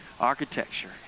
architecture